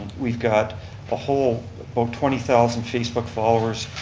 we've got a whole, about twenty thousand facebook followers,